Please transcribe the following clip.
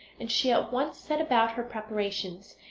and she at once set about her preparations.